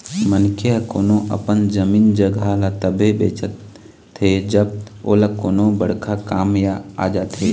मनखे ह कोनो अपन जमीन जघा ल तभे बेचथे जब ओला कोनो बड़का काम आ जाथे